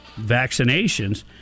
vaccinations